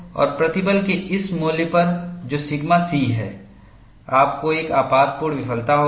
और प्रतिबल के इस मूल्य पर जो सिग्मा C है आपको एक आपातपूर्ण विफलता होगी